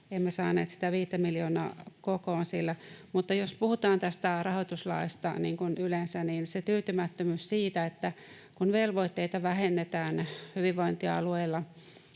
emme saaneet sitä 5:tä miljoonaa kokoon. Mutta jos puhutaan tästä rahoituslaista, niin kuin yleensä, niin se tyytymättömyys johtuu siitä, että kun velvoitteita vähennetään hyvinvointialueilla